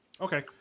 Okay